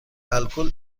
الکل